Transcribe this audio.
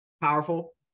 powerful